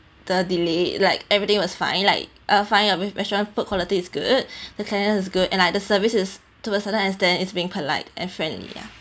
the delay like everything was fine like I find out rest~ restaurant food quality is good the cleanliness is good and like the service is toward certain extent is being polite and friendly ya